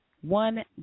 one